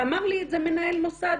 ואמר לי את זה מנהל מוסד,